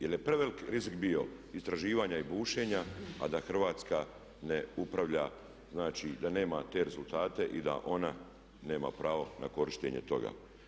Jel je prevelik rizik bio istraživanja i bušenja a da Hrvatska ne upravlja, znači da nema te rezultate i da ona nema pravo na korištenje toga.